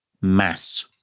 mass